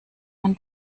man